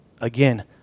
Again